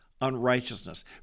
unrighteousness